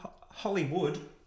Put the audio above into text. Hollywood